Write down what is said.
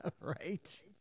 Right